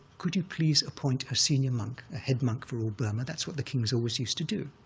could you please appoint a senior monk, a head monk for all burma? that's what the kings always used to do,